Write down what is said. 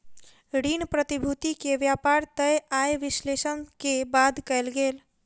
ऋण प्रतिभूति के व्यापार तय आय विश्लेषण के बाद कयल गेल